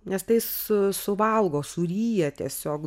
nes tai su suvalgo suryja tiesiog